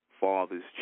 fathers